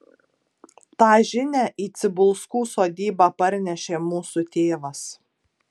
tą žinią į cibulskų sodybą parnešė mūsų tėvas